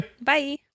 Bye